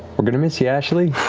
we're going to miss you, ashley.